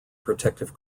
protective